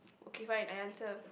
okay fine I answer